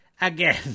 again